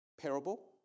parable